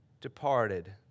departed